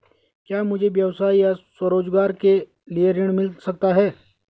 क्या मुझे व्यवसाय या स्वरोज़गार के लिए ऋण मिल सकता है?